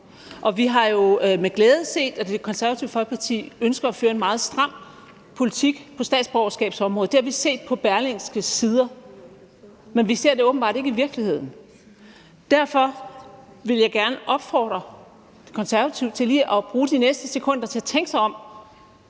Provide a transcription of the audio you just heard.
for vi har jo med glæde set, at Det Konservative Folkeparti ønsker at føre en meget stram politik på statsborgerskabsområdet. Det har vi set på Berlingskes sider, men vi ser det åbenbart ikke i virkeligheden. Derfor vil jeg gerne opfordre Konservative til lige at bruge de næste sekunder til at tænke sig om